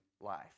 life